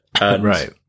Right